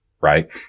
Right